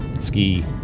ski